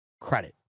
credit